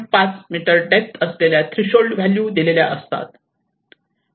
5 metre depth असलेल्या threshold value दिलेल्या असतात